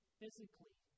physically